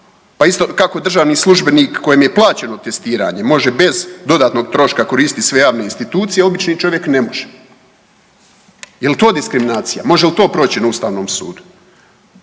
pa isto kako držani službenik kojem je plaćeno testiranje može bez dodatnog troška koristit sve javne institucije, obični čovjek ne može. Jel to diskriminacija, može li to proći na ustavnom sudu?